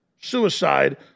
suicide